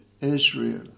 Israel